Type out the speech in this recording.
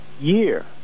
year